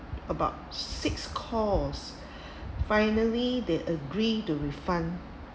about six calls finally they agree to refund